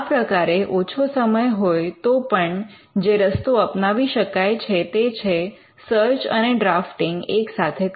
આ પ્રકારે ઓછો સમય હોય તો પણ જે રસ્તો અપનાવી શકાય છે તે છે સર્ચ અને ડ્રાફ્ટીંગ એક સાથે કરવા